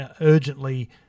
urgently